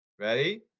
Ready